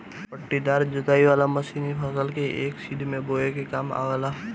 पट्टीदार जोताई वाला मशीन फसल के एक सीध में बोवे में काम आवेला